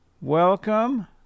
Welcome